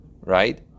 right